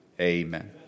Amen